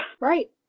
Right